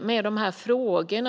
med de här frågorna på en rad olika områden.